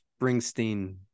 Springsteen